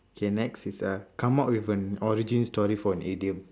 okay next is a come up with an origin story for an idiom